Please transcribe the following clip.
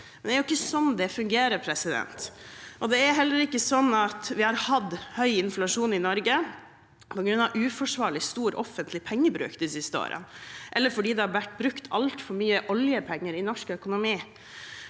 Det er jo ikke sånn det fungerer. Det er heller ikke sånn at vi har hatt høy inflasjon i Norge på grunn av uforsvarlig stor offentlig pengebruk de siste årene, eller fordi det har vært brukt altfor mye oljepenger i norsk økonomi.